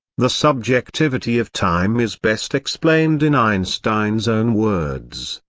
the subjectivity of time is best explained in einstein's own words.